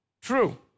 true